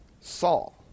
Saul